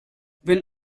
wenn